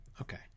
okay